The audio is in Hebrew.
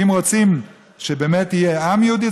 אם רוצים שבאמת יהיה עם יהודי,